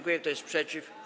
Kto jest przeciw?